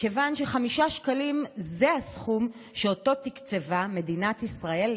מכיוון ש-5 שקלים הם הסכום שתקצבה מדינת ישראל,